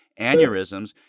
aneurysms